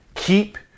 Keep